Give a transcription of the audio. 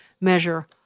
measure